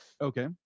okay